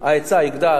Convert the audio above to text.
ההיצע יגדל.